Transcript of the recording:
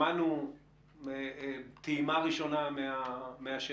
שמענו טעימה ראשונה מהשטח.